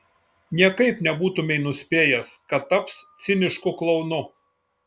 niekaip nebūtumei nuspėjęs kad taps cinišku klounu